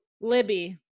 libby